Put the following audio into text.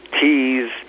teas